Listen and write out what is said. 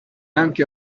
anche